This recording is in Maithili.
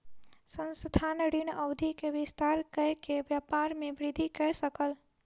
संस्थान, ऋण अवधि के विस्तार कय के व्यापार में वृद्धि कय सकल